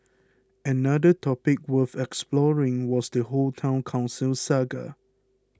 another topic worth exploring was the whole Town Council saga